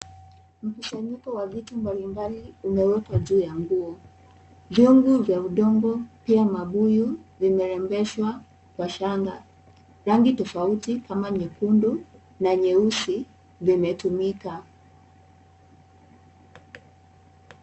Mkusanyiko wa vitu mbalimbali umeekwa juu ya nguo. Vyungu vya udongo pia mabuyu vimerembeshwa kwa shanga. Rangi tofauti kama nyekundu na nyeusi zimetumika.